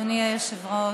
אדוני היושב-ראש,